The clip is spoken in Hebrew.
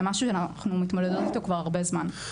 משהו שאנחנו מתמודדות איתו כבר הרבה זמן.